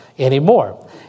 anymore